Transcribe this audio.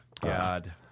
God